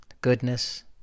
goodness